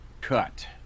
cut